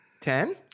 ten